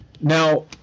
Now